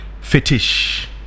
fetish